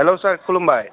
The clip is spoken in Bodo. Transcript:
हेलौ सार खुलुमबाय